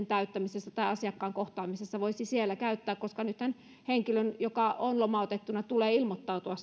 täyttämisessä tai asiakkaan kohtaamisessa voisi siellä käyttää nythän henkilön joka on lomautettuna tulee ilmoittautua